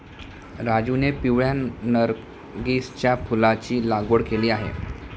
राजीवने पिवळ्या नर्गिसच्या फुलाची लागवड केली आहे